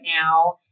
now